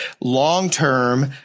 long-term